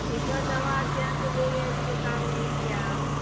एक बार दवा आपके यहाँ से ले गये थे तो काम नहीं किया अब